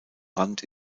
rand